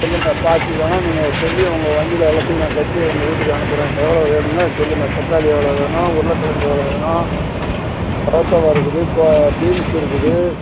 சொல்லுங்கள் பார்டிவேணா நீங்கள் சொல்லி உங்கள் வண்டியில் எல்லாத்தையுமே நான் கட்டி உங்கள் வீட்டுக்கு அனுப்புகிறேன் எவ்வளோ வேணுமோ சொல்லுங்க தக்காளி எவ்வளோ வேணும் உருளைக்கெலங்கு எவ்வளோ வேணும் சௌவ்சௌவா இருக்குது இப்போது பீன்ஸ்ஸு இருக்குது